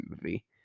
movie